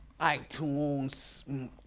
iTunes